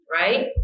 right